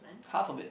half of it